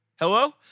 hello